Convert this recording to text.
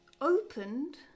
opened